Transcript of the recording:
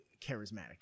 charismatic